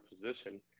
position